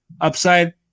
upside